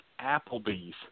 Applebee's